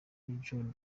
john